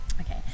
okay